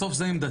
בסוף זו עמדתנו.